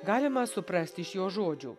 galima suprast iš jo žodžių